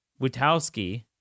Witowski